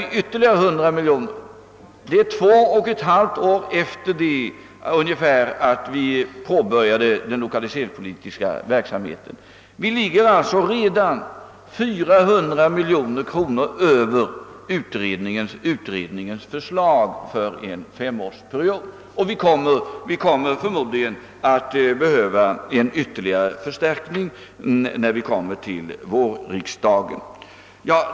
I dag, ungefär två och ett halvt år efter det att vi påbörjade den lokaliseringspolitiska verksamheten, begär vi ytterligare 100 miljoner. Vi ligger alltså redan 400 miljoner kronor över utredningens förslag för en femårsperiod, och vi kommer förmodligen att behöva ge en ytterligare förstärkning under vårriksdagen.